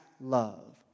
love